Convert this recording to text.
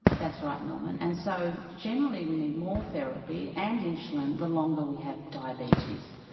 that's right norman and so generally we need more therapy and insulin the longer we have diabetes.